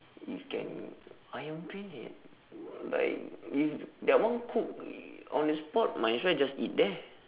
if can ayam-penyet like if that one cook on the spot might as well just eat there